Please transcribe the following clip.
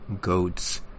goats